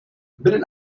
binnen